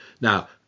now